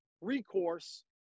recourse